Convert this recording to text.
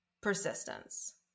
persistence